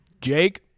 jake